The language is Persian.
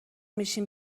میشیم